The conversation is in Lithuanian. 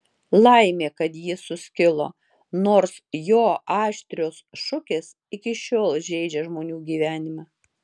laimė kad ji suskilo nors jo aštrios šukės iki šiol žeidžia žmonių gyvenimą